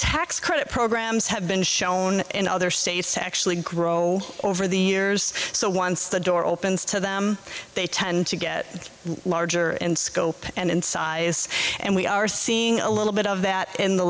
tax credit programs have been shown in other states to actually grow over the years so once the door opens to them they tend to get larger and scope and size and we are seeing a little bit of that in the